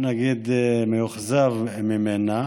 מאוכזב ממנה.